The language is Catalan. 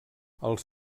els